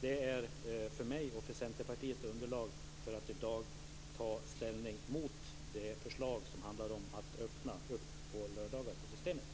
Det är för mig och för Centerpartiet underlag för att i dag ta ställning mot det förslag som handlar om att öppna